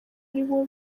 aribo